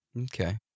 Okay